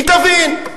היא תבין.